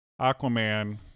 Aquaman